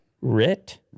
Rit